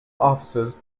offices